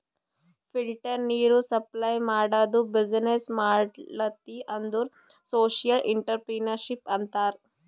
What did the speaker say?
filter ನೀರ್ supply ಮಾಡದು business ಮಾಡ್ಲತಿ ಅಂದುರ್ ಸೋಶಿಯಲ್ ಇಂಟ್ರಪ್ರಿನರ್ಶಿಪ್ ಅಂತಾರ್